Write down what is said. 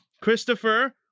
Christopher